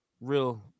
real